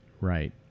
Right